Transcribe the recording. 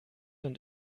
und